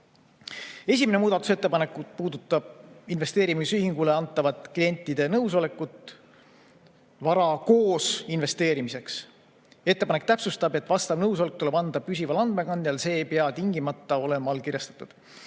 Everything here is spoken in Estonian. Esimene muudatusettepanek puudutab investeerimisühingule antavat klientide nõusolekut vara koos investeerimiseks. Ettepanek täpsustab, et vastav nõusolek tuleb anda püsival andmekandjal, see ei pea tingimata olema allkirjastatud.